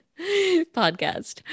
podcast